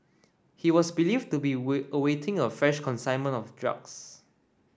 he was believed to be awaiting a fresh consignment of drugs